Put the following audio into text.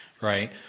right